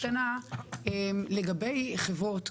יש לי רק הערה קטנה לגבי חברות,